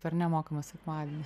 per nemokamą sekmadienį